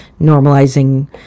normalizing